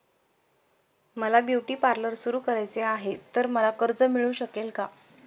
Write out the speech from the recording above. मला beauty parlour सुरू करायचे आहे तर मला कर्ज मिळू शकेल का?